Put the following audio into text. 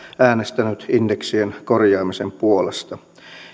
äänestänyt indeksien korjaamisen puolesta